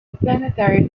planetary